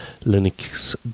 Linux